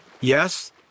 Yes